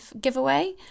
giveaway